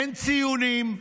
אין ציונים,